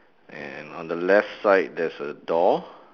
and on the left side there's a door